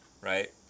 right